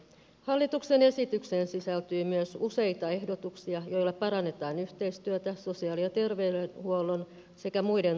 hallituksen esitykseen sisältyy myös useita ehdotuksia joilla parannetaan yhteistyötä sosiaali ja terveydenhuollon sekä muiden toimialojen kesken